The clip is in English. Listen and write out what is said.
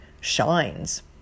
shines